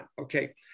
okay